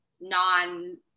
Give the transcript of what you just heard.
non-